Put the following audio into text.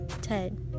Ted